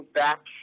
back